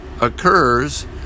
occurs